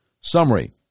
Summary